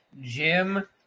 Jim